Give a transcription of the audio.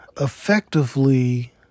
effectively